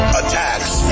attacks